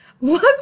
Look